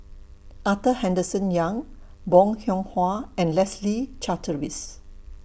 Arthur Henderson Young Bong Hiong Hwa and Leslie Charteris